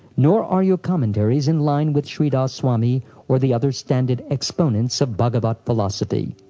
nor are your commentaries in line with shridhar swami or the other standard exponents of bhagavat philosophy.